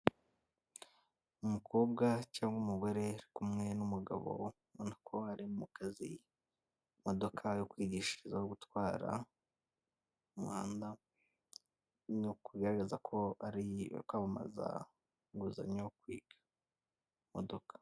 Umukobwa cyangwa umugore uri kumwe n'umugabo ubonako ari mukazi, imodoka yo kwigishirizaho gutwara mumuhanga, nuko igaragazako bari kwamamaza inguzanyo yo kwiga imodoka.